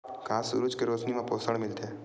का सूरज के रोशनी म पोषण मिलथे?